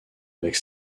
avec